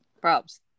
props